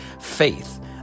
faith